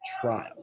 trial